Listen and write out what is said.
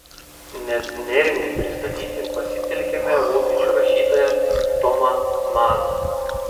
net neringai pristatyti pasitelkiame vokiečių rašytoją tomą maną